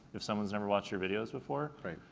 if someone's never watched your videos before. right.